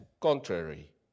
contrary